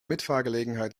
mitfahrgelegenheit